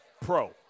pro